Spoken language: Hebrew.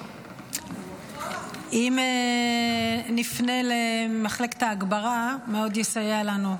אם נפנה למחלקת ההגברה, זה מאוד יסייע לנו.